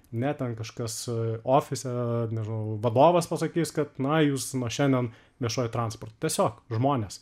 ne ten kažkas ofise nežinau vadovas pasakys kad na jūs nuo šiandien viešuoju transportu tiesiog žmonės